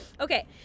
Okay